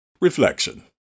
Reflection